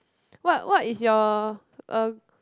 what what is your uh